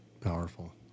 powerful